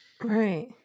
Right